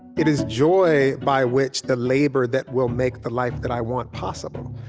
it is joy by which the labor that will make the life that i want, possible.